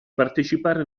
partecipare